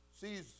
sees